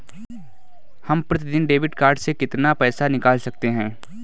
हम प्रतिदिन debit card से कितना पैसा निकाल सकते हैं?